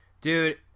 Dude